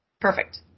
Perfect